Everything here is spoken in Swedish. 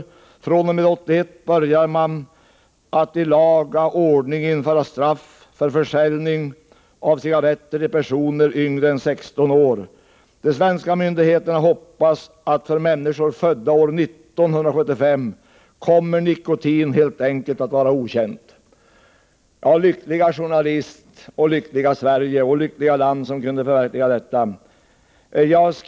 Från 1981 börjar man att i laga ordning införa straff för försäljning av cigaretter till personer yngre än 16 år. De svenska myndigheterna hoppas att nikotin helt enkelt skall vara okänt för människor födda efter 1975. Lyckliga journalist, lyckliga Sverige och lyckliga land som kunde förverkliga detta!